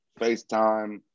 Facetime